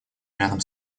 рядом